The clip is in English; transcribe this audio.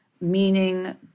meaning